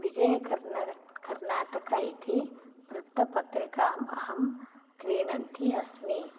विजयकर्नड कर्नाटक इति वृत्तपत्रिकाम् अहं क्रीणन्ति अस्मि